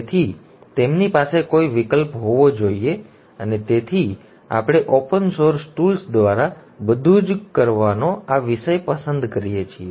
તેથી તેમની પાસે કોઈ વિકલ્પ હોવો જોઈએ અને તેથી અમે ઓપન સોર્સ ટૂલ્સ દ્વારા બધું જ કરવાનો આ વિષય પસંદ કરીએ છીએ